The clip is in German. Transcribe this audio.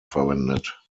verwendet